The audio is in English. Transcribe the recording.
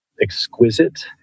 exquisite